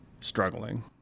struggling